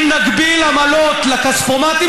אם נגביל עמלות לכספומטים,